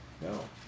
No